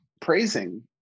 praising